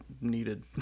needed